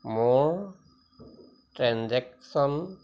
মোৰ ট্ৰেনজেকশ্যন